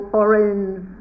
orange